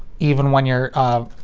even when you're, ah,